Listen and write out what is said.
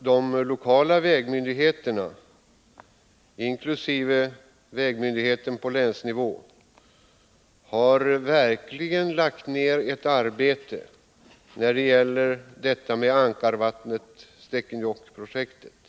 De lokala vägmyndigheterna, inkl. vägmyndigheten på länsnivå, har verkligen lagt ned ett stort arbete på Stekenjokkvägprojektet.